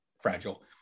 fragile